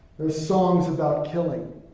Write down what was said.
there's songs about killing.